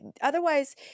otherwise